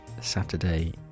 Saturday